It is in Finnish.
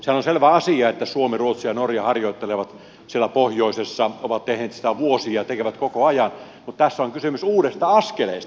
sehän on selvä asia että suomi ruotsi ja norja harjoittelevat siellä pohjoisessa ovat tehneet sitä vuosia ja tekevät koko ajan mutta tässä on kysymys uudesta askeleesta